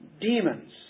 demons